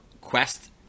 Quest